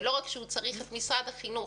ולא רק שהוא צריך את משרד החינוך,